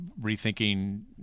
rethinking